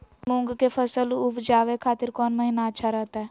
मूंग के फसल उवजावे खातिर कौन महीना अच्छा रहतय?